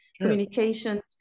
Communication